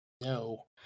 no